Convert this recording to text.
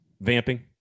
vamping